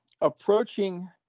approaching